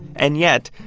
and yet,